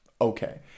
okay